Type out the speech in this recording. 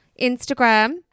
Instagram